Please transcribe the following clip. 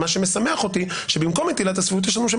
מה שמשמח אותי שבמקום נטילת הסבירות יש לנו שם